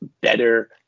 better